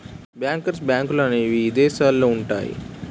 bankers బ్యాంకులనేవి ఇదేశాలల్లో ఉంటయ్యి